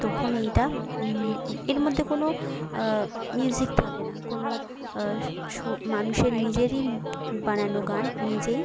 তখনই এটা এর মধ্যে কোনো মিউজিক থাকে না কোনো সুর মানুষের নিজেরই বানানো গান নিজেই